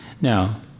Now